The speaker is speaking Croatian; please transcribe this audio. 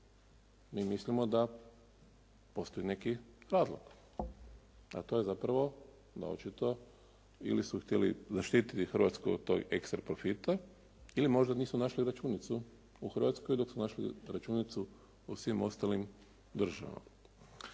Mi mislim da postoji neki razlog, a to je zapravo očito ili su htjeli zaštiti Hrvatsku od tog ekstra profita ili možda nisu našli računicu u Hrvatskoj, dok su našli računicu u svim ostalim državama.